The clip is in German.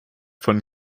von